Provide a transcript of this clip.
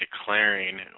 Declaring